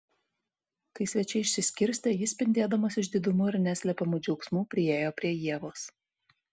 kai svečiai išsiskirstė jis spindėdamas išdidumu ir neslepiamu džiaugsmu priėjo prie ievos